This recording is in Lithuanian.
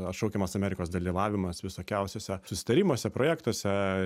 atšaukiamas amerikos dalyvavimas visokiausiuose susitarimuose projektuose